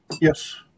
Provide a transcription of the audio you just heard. Yes